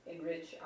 enrich